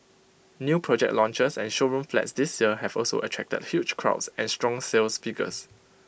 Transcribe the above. new project launches and showroom flats this year have also attracted huge crowds and strong sales figures